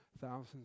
thousands